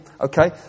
Okay